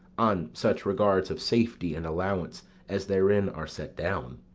on such regards of safety and allowance as therein are set down.